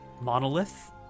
monolith